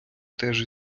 теж